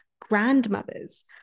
grandmothers